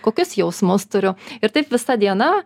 kokius jausmus turiu ir taip visa diena